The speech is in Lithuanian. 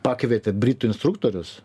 pakvietė britų instruktorius